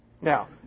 Now